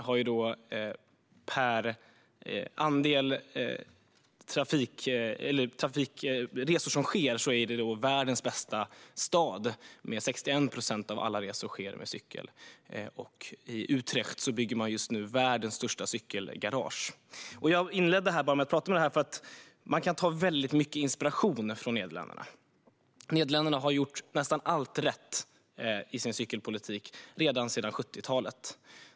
Vad gäller andelen resor som sker med cykel är Groningen världens bästa stad med 61 procent. I Utrecht bygger man just nu världens största cykelgarage. Jag inleder med att prata om det här därför att man kan hämta väldigt mycket inspiration från Nederländerna. Nederländerna har gjort nästan allt rätt i sin cykelpolitik ända sedan 70-talet.